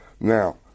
Now